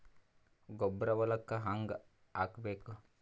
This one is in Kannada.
ಗೊಬ್ಬರ ಹೊಲಕ್ಕ ಹಂಗ್ ಹಾಕಬೇಕು?